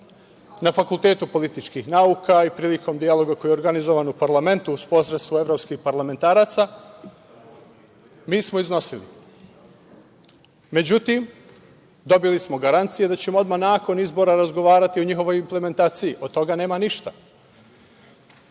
na Fakultetu političkih nauka i prilikom dijaloga koji je organizovan u parlamentu, uz posredstvo evropskih parlamentaraca, mi smo iznosili. Međutim, dobili smo garancije da ćemo odmah nakon izbora razgovarati o njihovoj implementaciji. Od toga nema ništa.